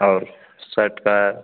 और सर्ट का